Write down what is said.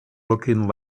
looking